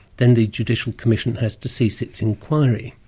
then the judicial commission has to cease its inquiry.